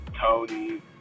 Tony